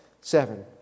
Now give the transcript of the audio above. Seven